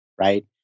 Right